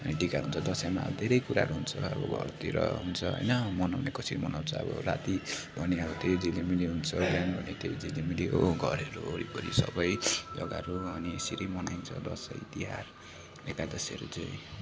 अनि टिका हुन्छ दसैँमा धेरै कुराहरू हुन्छ अब घरतिर हुन्छ होइन मनाउने कसरी मनाउँछ अब राति पनि अब त्यही झिलिमिली हुन्छ बिहान पनि त्यही झिलिमिली हो घरहरू वरिपरि सबै जग्गाहरू अनि यसरी मनाइन्छ दसैँतिहार एकादशीहरू चाहिँ